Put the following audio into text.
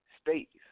states